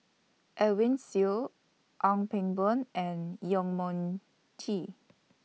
Edwin Siew Ong Pang Boon and Yong Mun Tea